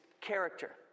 character